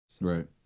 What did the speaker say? Right